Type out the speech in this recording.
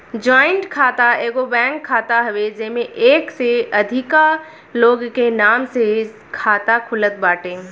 joint खाता एगो bank खाता हवे जेमे एक से अधिका लोग के नाम से खाता खुलत बाटे